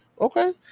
Okay